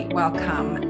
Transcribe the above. welcome